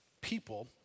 people